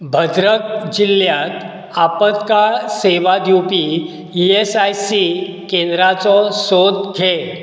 भद्रक जिल्ल्यांत आपात्काळ सेवा दिवपी ई एस आय सी केंद्राचो सोद घे